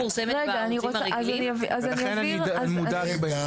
ולכן אני מודאג.